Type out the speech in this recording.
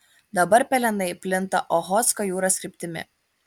dabar pelenai plinta ochotsko jūros kryptimi